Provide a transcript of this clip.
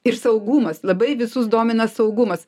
ir saugumas labai visus domina saugumas